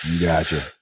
Gotcha